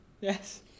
yes